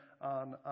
on